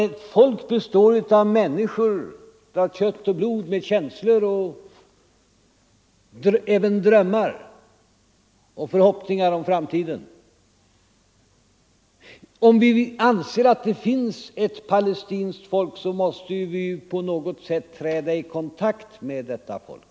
Ett folk består ju av människor av kött och blod, med känslor, drömmar och förhoppningar om framtiden. Och om vi anser att det finns ett palestinskt folk, så måste vi ju på något sätt träda i kontakt med det folket.